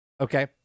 okay